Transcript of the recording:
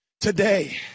today